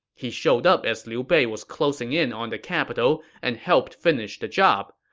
he showed up as liu bei was closing in on the capital and helped finish the job.